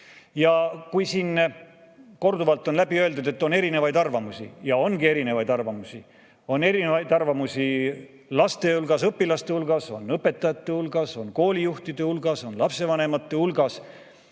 Kui siin on korduvalt öeldud, et on erinevaid arvamusi, ja ongi erinevaid arvamusi, on erinevaid arvamusi laste hulgas, on õpilaste hulgas, on õpetajate hulgas, on koolijuhtide hulgas, on lapsevanemate hulgas,